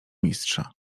mistrza